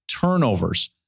turnovers